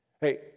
Hey